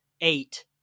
eight